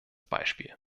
beispiel